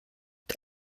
der